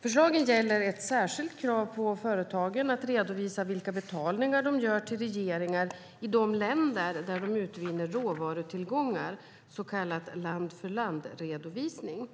Förslagen gäller ett särskilt krav på företagen att redovisa vilka betalningar de gör till regeringar i de länder där de utvinner råvarutillgångar, så kallad land-för-land-redovisning.